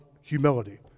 humility